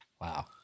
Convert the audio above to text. Wow